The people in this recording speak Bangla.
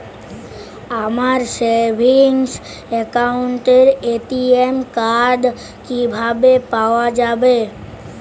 আমার সেভিংস অ্যাকাউন্টের এ.টি.এম কার্ড কিভাবে পাওয়া যাবে?